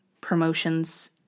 promotions